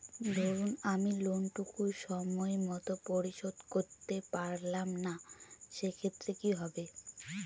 ধরুন আমি লোন টুকু সময় মত পরিশোধ করতে পারলাম না সেক্ষেত্রে কি হবে?